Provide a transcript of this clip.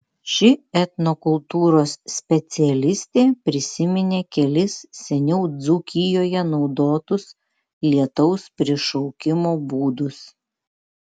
ši etnokultūros specialistė prisiminė kelis seniau dzūkijoje naudotus lietaus prišaukimo būdus